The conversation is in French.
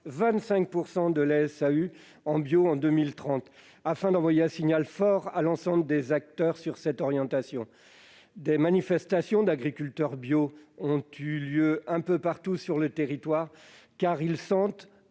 utile) en bio en 2030, afin d'envoyer un signal fort à l'ensemble des acteurs sur cette orientation. Des manifestations d'agriculteurs bio ont eu lieu un peu partout sur le territoire, car ils ressentent